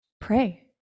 pray